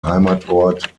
heimatort